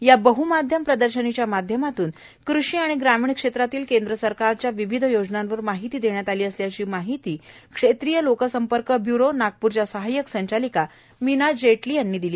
या बह्माध्यम प्रदर्शनीच्या माध्यमातून कृषी आणि ग्रामीण क्षेत्रातील केंद्र सरकारच्या विविध योजनांवर माहिती देण्यात आली असल्याची माहिती क्षेत्रीय लोकसंपर्क ब्यूरो नागपूरच्या सहाय्यक संचालिका मीना जेटली यांनी दिली